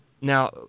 Now